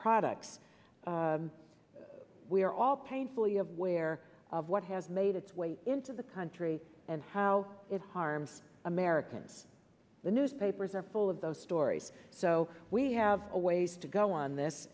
products we are all painfully aware of what has made its way into the country and how it harms americans the newspapers are full of those stories so we have a ways to go on